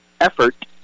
effort